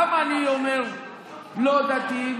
למה אני אומר לא דתיים?